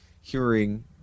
hearing